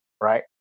Right